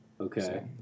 Okay